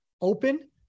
Open